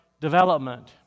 development